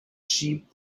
sheep